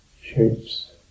shapes